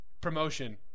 Promotion